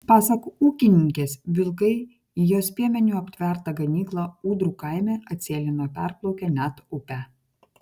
pasak ūkininkės vilkai į jos piemeniu aptvertą ganyklą ūdrų kaime atsėlino perplaukę net upę